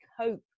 cope